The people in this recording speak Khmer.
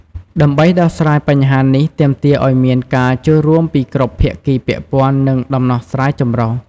ដើម្បីដោះស្រាយបញ្ហានេះ ទាមទារឱ្យមានការចូលរួមពីគ្រប់ភាគីពាក់ព័ន្ធ និងដំណោះស្រាយចម្រុះ។